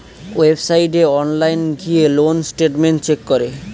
ওয়েবসাইটে অনলাইন গিয়ে loan statement check করে